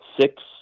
six